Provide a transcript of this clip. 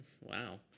Wow